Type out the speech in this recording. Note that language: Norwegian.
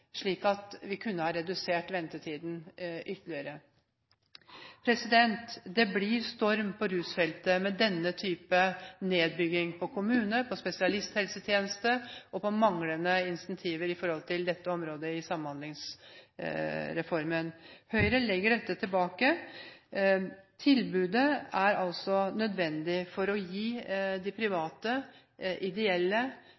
slik at vi kan redusere ventetiden ytterligere. Det blir storm på rusfeltet med denne type nedbygging innen kommune og innen spesialisthelsetjeneste med manglende insentiver på dette området i Samhandlingsreformen. Høyre legger dette tilbake. Tilbudet er altså nødvendig for å gi de